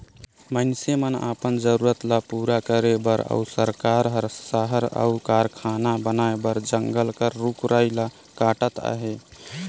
मइनसे मन अपन जरूरत ल पूरा करे बर अउ सरकार हर सहर अउ कारखाना बनाए बर जंगल कर रूख राई ल काटत अहे